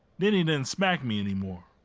didn't even smack me anymore.